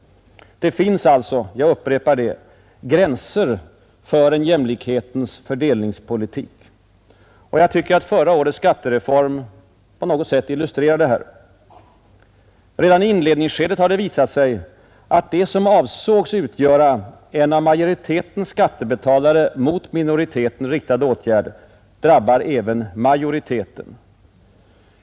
Det finns alltså, jag upprepar det, gränser för en jämlikhetens fördelningspolitik. Jag tycker att förra årets skattereform på något sätt illustrerar detta. Redan i inledningsskedet har det visat sig att det som avsågs utgöra en av majoriteten skattebetalare mot minoriteten riktad åtgärd drabbar även majoriteten.